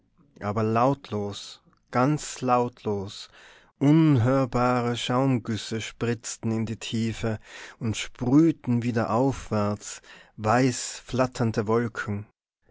aber lautlos ganz lautlos unhörbare schaumgüsse spritzten in die tiefe und sprühten wieder aufwärts weiß flatternde wolken